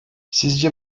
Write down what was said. sizce